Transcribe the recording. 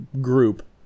group